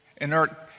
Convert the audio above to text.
inert